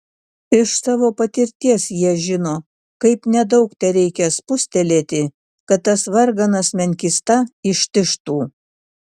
iš savo patirties jie žino kaip nedaug tereikia spustelėti kad tas varganas menkysta ištižtų